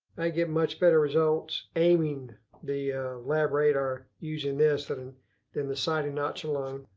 i get much better results aiming the labradar using this than and than the sighting notch alone.